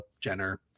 Jenner